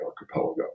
Archipelago